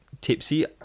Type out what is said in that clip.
tipsy